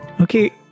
okay